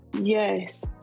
Yes